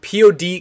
POD